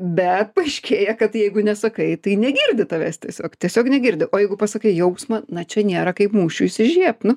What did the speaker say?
bet paaiškėja kad jeigu nesakai tai negirdi tavęs tiesiog tiesiog negirdi o jeigu pasakai jausmą na čia nėra kaip mūšių įsižiebt nu